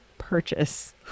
purchase